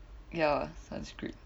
ya sanskrit